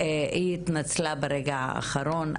היא התנצלה ברגע האחרון.